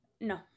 No